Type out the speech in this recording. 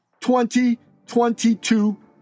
2022